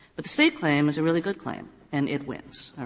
but the state claim is a really good claim and it wins,